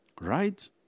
Right